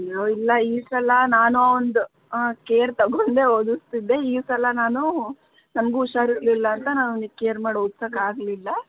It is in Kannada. ಅಯ್ಯೋ ಇಲ್ಲ ಈ ಸಲ ನಾನು ಅವನದು ಕೇರ್ ತೊಗೊಂಡೇ ಓದಿಸ್ತಿದ್ದೆ ಈ ಸಲ ನಾನು ನನಗೂ ಹುಷಾರು ಇರಲಿಲ್ಲ ಅಂತ ನಾನು ಅವನಿಗೆ ಕೇರ್ ಮಾಡಿ ಓದ್ಸೋಕ್ಕೆ ಆಗಲಿಲ್ಲ